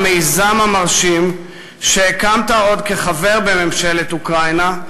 המיזם המרשים שהקמת עוד כחבר בממשלת אוקראינה,